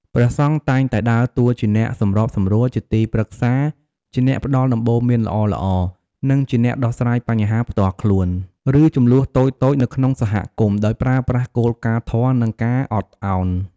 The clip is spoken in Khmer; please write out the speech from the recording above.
ព្រះសង្ឃតែងតែដើរតួជាអ្នកសម្របសម្រួល ជាទីប្រឹក្សា ជាអ្នកផ្ដល់ដំបូន្មានល្អៗ និងជាអ្នកដោះស្រាយបញ្ហាផ្ទាល់ខ្លួន ឬជម្លោះតូចៗនៅក្នុងសហគមន៍ ដោយប្រើប្រាស់គោលការណ៍ធម៌ និងការអត់អោន។